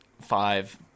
five